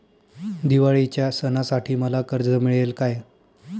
दिवाळीच्या सणासाठी मला कर्ज मिळेल काय?